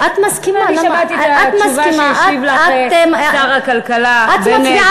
אני שמעתי את התשובה שהשיב לך שר הכלכלה בנט,